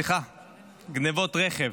סליחה, גנבות רכב